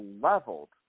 leveled